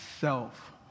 self